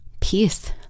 peace